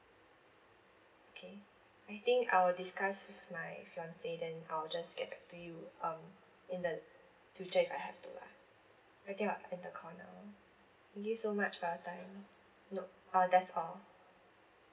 K I think I will discuss with my fiance then I will just get back to you um in the future if I have to lah I think I'll end the call now thank you so much for your time nope uh that's all